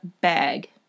bag